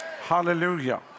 Hallelujah